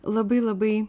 labai labai